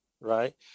right